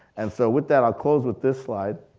and so with that i close with this slide.